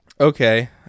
okay